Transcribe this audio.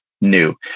new